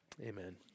Amen